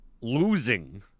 losing